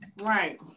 Right